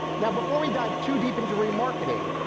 now before we dive too deep into remarketing,